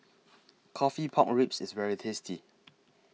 Coffee Pork Ribs IS very tasty